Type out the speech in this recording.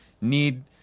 need